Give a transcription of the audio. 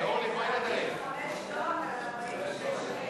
45 לא, אבל 46 כן.